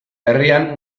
herrian